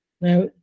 Now